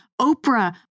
Oprah